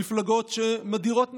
מפלגות שמדירות נשים.